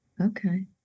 Okay